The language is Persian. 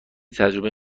تجربه